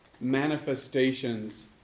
manifestations